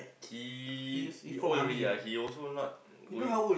he he old already ah he also not going